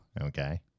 okay